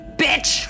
bitch